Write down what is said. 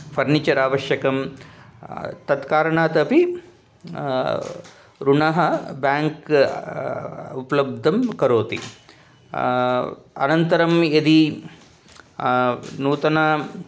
furniture आवश्यकं तत् कारणात् अपि ऋणः बेङ्क् उपलब्धं करोति अनन्तरं यदि नूतनम्